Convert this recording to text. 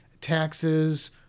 taxes